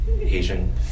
Asian